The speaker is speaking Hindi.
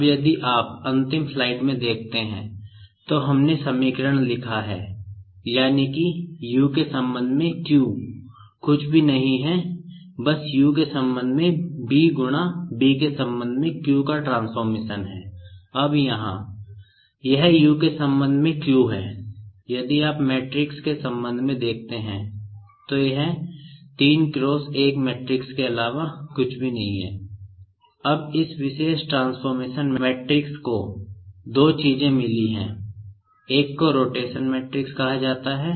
अब यदि आप अंतिम स्लाइड में देखते हैं तो हमने समीकरण लिखा है यानि कि U के संबंध में Q कुछ भी नहीं है लेकिन U के संबंध में B गुणा के B संबंध में Q का ट्रांसफॉर्मेशन है